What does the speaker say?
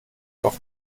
doch